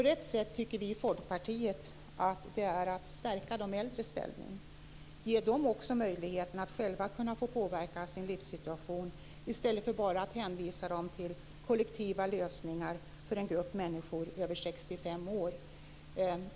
Rätt sätt tycker vi i Folkpartiet att det är att stärka de äldres ställning och att ge dem möjligheten att själva påverka sin livssituation i stället för att bara hänvisa dem till kollektiva lösningar för en grupp människor över 65 år.